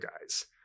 guys